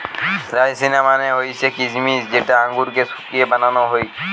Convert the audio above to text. রাইসিনা মানে হৈসে কিছমিছ যেটা আঙুরকে শুকিয়ে বানানো হউক